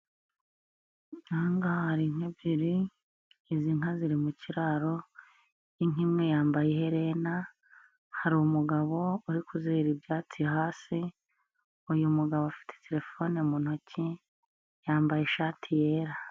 Aha ngaha hari inka ebyiri, izi nka ziri mu kiraro, inka imwe yambaye iherena, hari umugabo uri kuzihera ibyatsi hasi, uyu mugabo afite terefone mu ntoki, yambaye ishati yera.